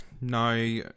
No